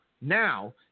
now